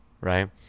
right